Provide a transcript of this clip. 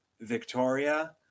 Victoria